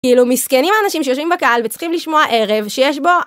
כאילו, מסכנים האנשים שיושבים בקהל וצריכים לשמוע ערב, שיש בו...